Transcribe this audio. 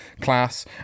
class